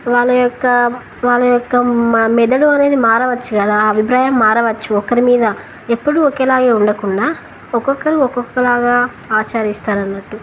వాళ్ళ యొక్క వాళ్ళ యొక్క మెదడు అనేది మారవచ్చు కదా ఆ అభిప్రాయం మారవచ్చు ఒకరి మీద ఎప్పుడూ ఒకేలాగే ఉండకుండా ఒక్కొక్కరు ఒక్కొక్కలాగా ఆచరిస్తారన్నట్టు